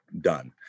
done